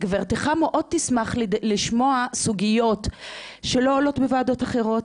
גברתך מאוד תשמח לשמוע סוגיות שלא עולות בוועדות אחרות,